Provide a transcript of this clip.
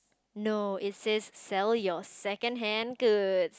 no it says sell your second hand good